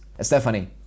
Stephanie